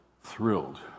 thrilled